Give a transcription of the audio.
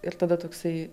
ir tada toksai